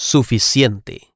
Suficiente